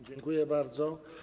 Dziękuję bardzo.